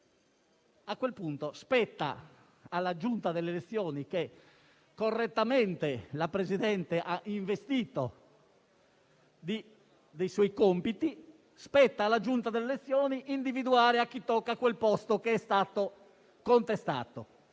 a quel punto spetta alla Giunta delle elezioni, che correttamente la Presidente ha investito dei suoi compiti, individuare a chi tocca quel posto che è stato contestato.